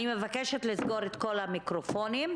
אני מבקשת לסגור את כל המיקרופונים.